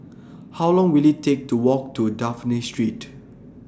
How Long Will IT Take to Walk to Dafne Street